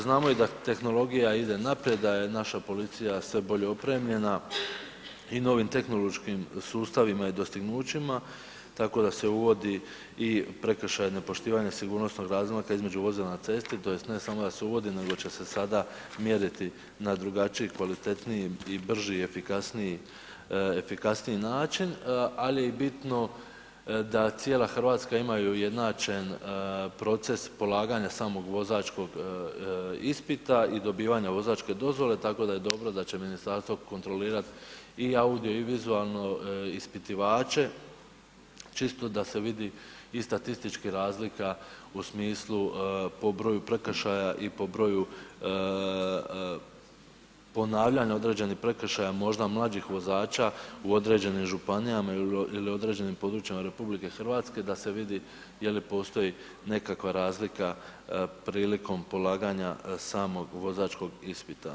Znamo i da tehnologija ide naprijed, da je naša policija sve bolje opremljena i novim tehnološkim sustavima i dostignućima, tako da se uvodi i prekršaj nepoštivanja sigurnosnog razmaka između vozila na cesti tj. ne samo da se uvodi nego će se sada mjeriti na drugačiji, kvalitetniji i brži i efikasniji način, ali je bitno da cijela RH ima i ujednačen proces polaganja samog vozačkog ispita i dobivanja vozačke dozvole, tako da je dobro da će ministarstvo kontrolirat i audio i vizualno ispitivače, čisto da se vidi i statistički razlika u smislu po broju prekršaja i po broju ponavljanja određenih prekršaja možda mlađih vozača u određenim županijama ili u određenim područjima RH da se vidi je li postoji nekakva razlika prilikom polaganja samog vozačkog ispita.